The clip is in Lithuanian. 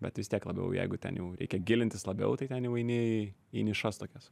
bet vis tiek labiau jeigu ten jau reikia gilintis labiau tai ten jau eini į nišas tokias